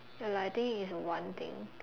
ya lah I think is one thing